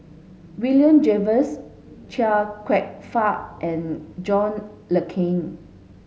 William Jervois Chia Kwek Fah and John Le Cain